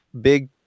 big